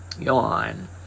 yawn